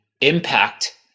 impact